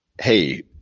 hey